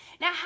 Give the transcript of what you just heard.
Now